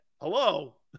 Hello